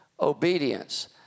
obedience